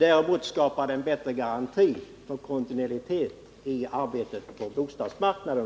Och det skapar en bättre garanti för kontinuitet i arbetet på bostadsmarknaden.